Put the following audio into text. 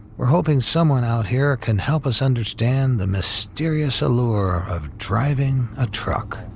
we're hoping someone out here can help us understand the mysterious allure of driving a truck.